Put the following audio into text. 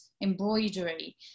embroidery